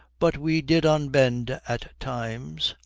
but we did unbend at times.